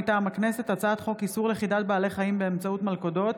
מטעם הכנסת: הצעת חוק איסור לכידת בעלי חיים באמצעות מלכודות,